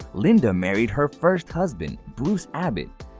linda married her first husband, bruce abbott.